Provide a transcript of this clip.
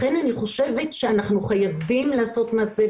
לכן, אני חושבת שאנחנו חייבים לעשות מעשה.